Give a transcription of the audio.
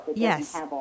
Yes